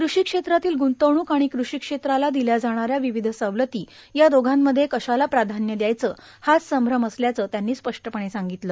कृषी क्षेत्रातील गुंतवणुक आणि कृषी क्षेत्राला दिल्या जाणाऱ्या विविध सवलती या दोघांमध्ये कशाला प्राधान्य दयायचं हाच संभ्रम असल्याचं त्यांनी स्पष्टपणे सांगितलं